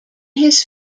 his